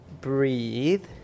Breathe